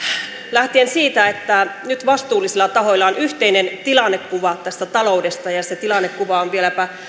lähtien siitä että nyt vastuullisilla tahoilla on yhteinen tilannekuva tästä taloudesta ja ja se tilannekuva on vieläpä